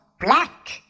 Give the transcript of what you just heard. black